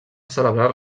celebrar